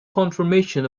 confirmation